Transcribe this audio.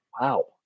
wow